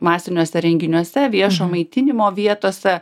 masiniuose renginiuose viešo maitinimo vietose